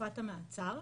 בתקופת המעצר,